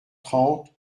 trente